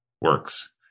works